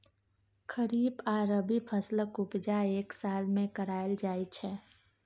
खरीफ आ रबी फसलक उपजा एक साल मे कराएल जाइ छै